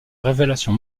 révélation